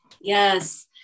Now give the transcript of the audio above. Yes